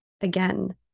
Again